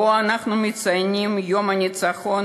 שבו אנחנו מציינים את יום הניצחון,